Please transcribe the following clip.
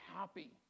happy